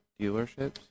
dealerships